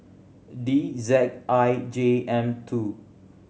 D Z I J M two